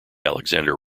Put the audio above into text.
alexander